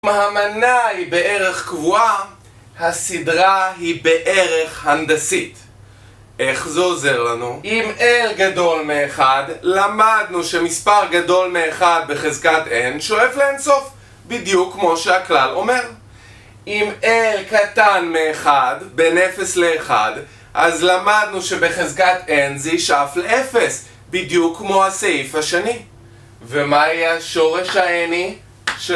אם המנה היא בערך קבועה, הסדרה היא בערך הנדסית. איך זה עוזר לנו? אם n גדול מאחד, למדנו שמספר גדול מאחד בחזקת n שואף לאינסוף, בדיוק כמו שהכלל אומר. אם n קטן מאחד, בין אפס לאחד, אז למדנו שבחזקת n זה ישאף לאפס, בדיוק כמו הסעיף השני. ומה יהיה שורש ה-n?